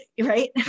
right